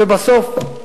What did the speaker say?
ובסוף,